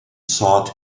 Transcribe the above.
sought